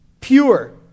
Pure